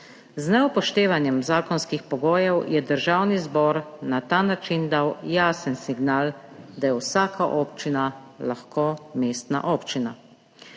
Z neupoštevanjem zakonskih pogojev je dal na ta način Državni zbor jasen signal, da je vsaka občina lahko mestna občina.